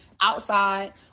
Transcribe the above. outside